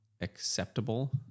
acceptable